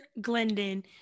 Glendon